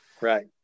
right